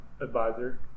advisor